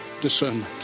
discernment